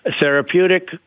therapeutic